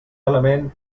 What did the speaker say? element